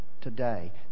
today